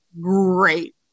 Great